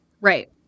Right